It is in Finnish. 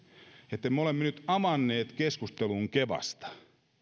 me olemme nyt avanneet keskustelun kevasta